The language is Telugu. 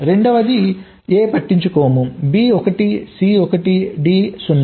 రెండవది A పట్టించుకోము B 1 C 1 D 0